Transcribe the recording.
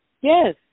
Yes